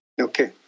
Okay